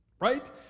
right